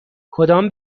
کدام